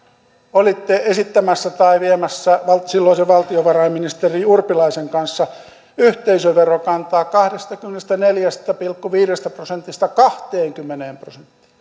olitte viemässä silloisen valtiovarainministeri urpilaisen kanssa yhteisöverokantaa kahdestakymmenestäneljästä pilkku viidestä prosentista kahteenkymmeneen prosenttiin